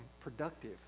productive